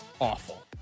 awful